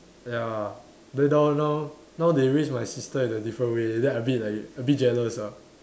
ya then now now now they raise my sister in a different way then I a bit like a bit jealous lah